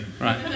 Right